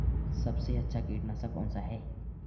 सबसे अच्छा कीटनाशक कौनसा है?